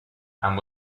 and